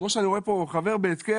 כמו כשאני רואה פה חבר בהתקף,